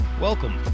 Welcome